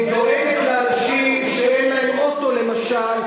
היא דואגת לאנשים שאין להם אוטו למשל,